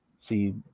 see